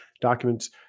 documents